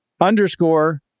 Underscore